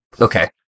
Okay